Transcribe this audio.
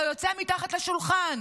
לא יוצא מתחת לשולחן,